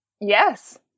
Yes